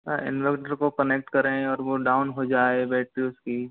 inverter को connect करें और वो डाउन हो जाए बैट्री उसकी